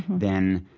then,